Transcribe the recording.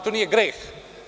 To nije greh.